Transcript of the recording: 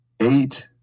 eight